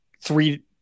three